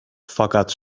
fakat